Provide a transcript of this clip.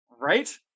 Right